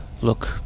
look